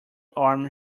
arm